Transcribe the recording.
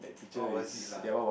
oh was it lah